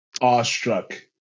awestruck